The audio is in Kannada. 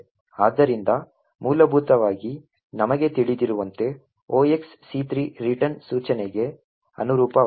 ಆದ್ದರಿಂದ ಮೂಲಭೂತವಾಗಿ ನಮಗೆ ತಿಳಿದಿರುವಂತೆ 0xC3 ರಿಟರ್ನ್ ಸೂಚನೆಗೆ ಅನುರೂಪವಾಗಿದೆ